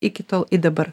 iki tol ir dabar